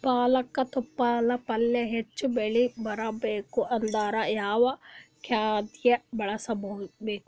ಪಾಲಕ ತೊಪಲ ಪಲ್ಯ ಹೆಚ್ಚ ಬೆಳಿ ಬರಬೇಕು ಅಂದರ ಯಾವ ಖಾದ್ಯ ಬಳಸಬೇಕು?